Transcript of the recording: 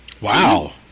Wow